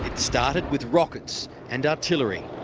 started with rockets and artillery,